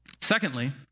Secondly